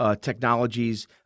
Technologies